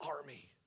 army